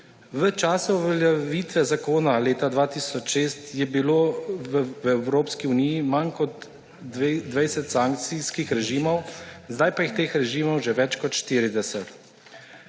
V času uveljavitve zakona leta 2006 je bilo v Evropski uniji manj kot 20 sankcijskih režimov, zdaj pa je teh režimov že več kot 40.